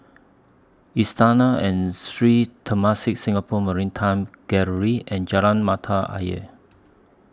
Istana and Sri Temasek Singapore Maritime Gallery and Jalan Mata Ayer